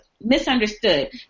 misunderstood